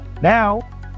Now